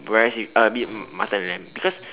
whereas you uh mutton and lamb because